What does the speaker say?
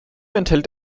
enthält